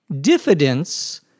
Diffidence